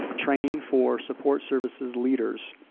training for support services leaders.